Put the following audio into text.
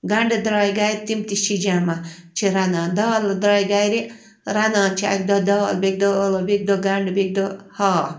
گَنٛڈٕ درٛاے گَرِ تِم تہِ چھِ جَمع چھِ رَنان دالہٕ درٛایہِ گَرِ رَنان چھِ اَکہِ دۄہ دال بیٚیہِ کہِ دۄہ ٲلٕو بیٚیہِ کہِ دۄہ گَنٛڈٕ بیٚیہِ کہِ دۄہ ہاکھ